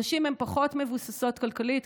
נשים הן פחות מבוססות כלכלית,